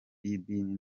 y’idini